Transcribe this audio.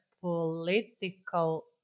political